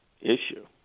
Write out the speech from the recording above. issue